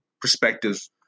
perspectives